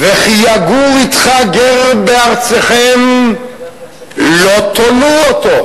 וכי יגור אתך גר בארצכם לא תונו אתו.